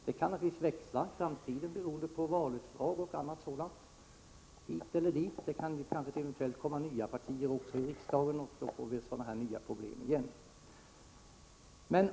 Detta kan naturligtvis växla i framtiden beroende på valutslag och annat sådant. Det kan kanske komma nya partier till riksdagen, och då får vi nya problem.